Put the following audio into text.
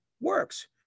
works